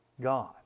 God